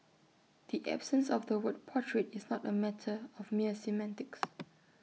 the absence of the word portrayed is not A matter of mere semantics